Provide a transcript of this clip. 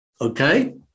okay